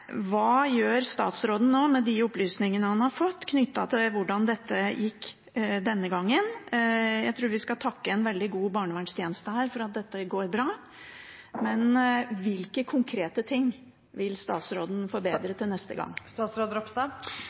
Hva gjør statsråden nå med de opplysningene han har fått om hvordan det gikk denne gangen? Jeg tror vi skal takke en veldig god barnevernstjeneste for at dette går bra, men hvilke konkrete ting vil statsråden forbedre til neste gang?